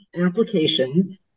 application